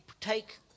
take